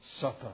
suffer